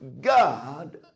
God